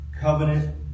covenant